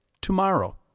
tomorrow